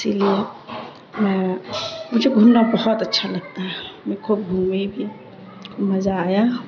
اسی لیے میں مجھے گھومنا بہت اچھا لگتا ہے میں خوب گھوم بھی مزہ آیا